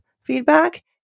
feedback